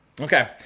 Okay